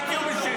אז תהיו בשקט.